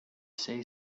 say